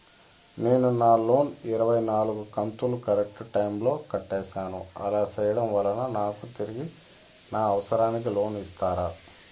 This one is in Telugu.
నేను నా లోను ఇరవై నాలుగు కంతులు కరెక్టు టైము లో కట్టేసాను, అలా సేయడం వలన నాకు తిరిగి నా అవసరానికి లోను ఇస్తారా?